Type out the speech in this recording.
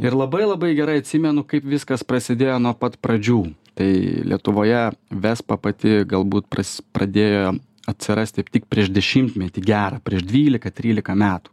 ir labai labai gerai atsimenu kaip viskas prasidėjo nuo pat pradžių tai lietuvoje vespa pati galbūt pras pradėjo atsirasti tik prieš dešimtmetį gerą prieš dvylika trylika metų